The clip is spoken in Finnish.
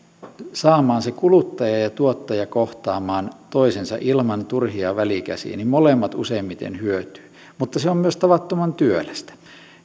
saamaan kuluttaja ja tuottaja kohtaamaan toisensa ilman turhia välikäsiä molemmat useimmiten hyötyvät mutta se on myös tavattoman työlästä